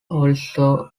also